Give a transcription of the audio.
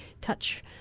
touch